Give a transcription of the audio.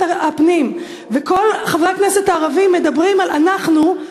הפנים וכל חברי הכנסת הערבים מדברים על "אנחנו",